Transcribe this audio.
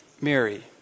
Mary